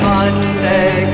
Monday